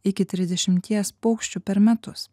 iki trisdešimties paukščių per metus